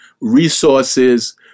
resources